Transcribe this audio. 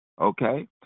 okay